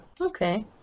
Okay